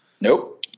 Nope